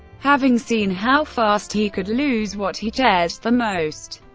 having seen how fast he could lose what he cherished the most.